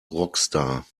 rockstar